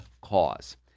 cause